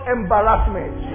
Embarrassment